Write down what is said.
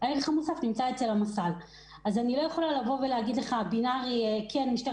אני לא יכולה להגיד שמיד עם התלונה משטרת